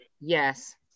yes